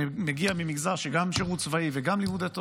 שמגיע ממגזר של גם שירות צבאי וגם לימודי תורה,